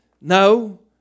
No